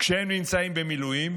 כשהם נמצאים במילואים,